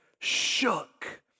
shook